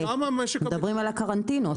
מדברים על הקרנטינות,